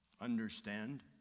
understand